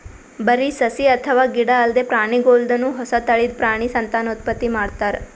ಬರಿ ಸಸಿ ಅಥವಾ ಗಿಡ ಅಲ್ದೆ ಪ್ರಾಣಿಗೋಲ್ದನು ಹೊಸ ತಳಿದ್ ಪ್ರಾಣಿ ಸಂತಾನೋತ್ಪತ್ತಿ ಮಾಡ್ತಾರ್